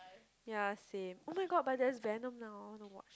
yea same oh-my-god but there is Venom now no watch